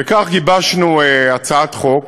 וכך גיבשנו הצעת חוק